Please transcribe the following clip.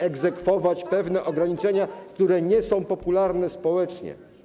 egzekwować pewne ograniczenia, które nie są popularne społecznie.